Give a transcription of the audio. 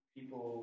People